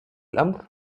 الأمر